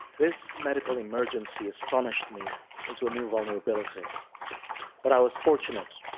this medical emergency astonished me into a new vulnerability but i was fortunate.